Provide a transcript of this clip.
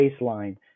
baseline